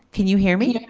can you hear me?